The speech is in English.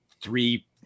three